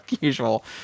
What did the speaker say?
usual